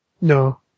No